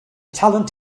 talent